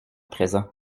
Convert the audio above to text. présent